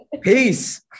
peace